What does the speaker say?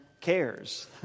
cares